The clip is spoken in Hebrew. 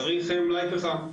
צריך מלאי פחם.